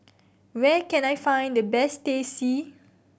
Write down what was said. where can I find the best Teh C